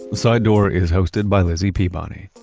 sidedoor is hosted by lizzie peabody.